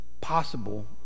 possible